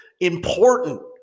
important